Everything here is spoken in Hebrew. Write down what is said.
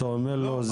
אתה אומר לו,